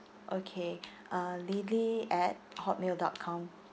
okay uh lily at hotmail dot com